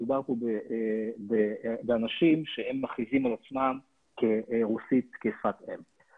מדובר באנשים שהם מכריזים על עצמם כרוסית שפת אם.